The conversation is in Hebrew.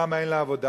למה אין לה עבודה?